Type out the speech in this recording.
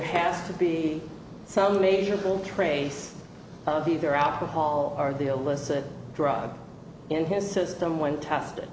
has to be some major will trace either alcohol are the illicit drug in his system when tested